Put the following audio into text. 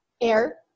air